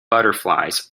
butterflies